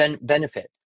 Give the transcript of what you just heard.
benefit